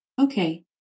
Okay